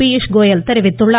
பியூஷ்கோயல் தெரிவித்துள்ளார்